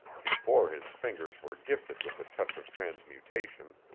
before his fingers were gifted with the touch of transmutation,